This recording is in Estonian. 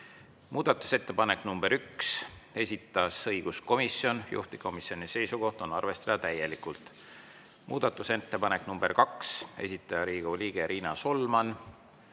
Muudatusettepanek nr 1, esitas õiguskomisjon, juhtivkomisjoni seisukoht on arvestada täielikult. Muudatusettepanek nr 2, esitaja Riigikogu liige Riina Solman,